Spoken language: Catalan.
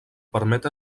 permet